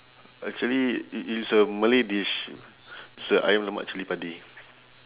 actually it it's a malay dish it's a ayam lemak cili padi